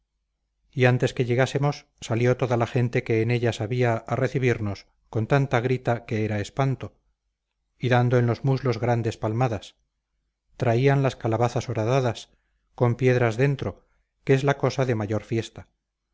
y antes que llegásemos salió toda la gente que en ellas había a recibirnos con tanta grita que era espanto y dando en los muslos grandes palmadas traían las calabazas horadadas con piedras dentro que es la cosa de mayor fiesta